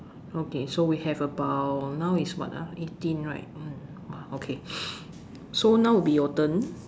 okay so we have about now is what ah eighteen right !wah! okay so now will be your turn